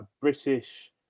British